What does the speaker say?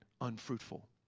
unfruitful